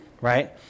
Right